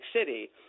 City